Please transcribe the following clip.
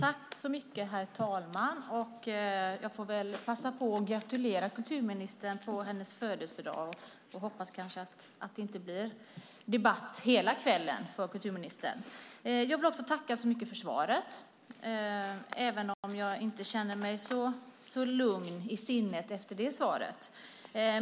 Herr talman! Jag får väl passa på att gratulera kulturministern på hennes födelsedag. Vi får hoppas att det inte blir debatt hela kvällen för kulturministern. Jag vill också tacka så mycket för svaret. Men jag känner mig inte särskilt lugn i sinnet efter det svar jag fått.